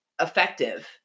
effective